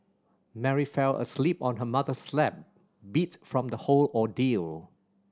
Mary fell asleep on her mother's lap beat from the whole ordeal